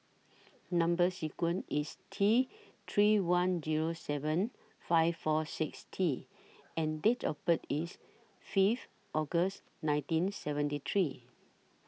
Number sequence IS T three one Zero seven five four six T and Date of birth IS Fifth August nineteen seventy three